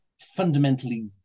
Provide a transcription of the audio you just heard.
fundamentally